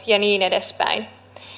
ja niin edespäin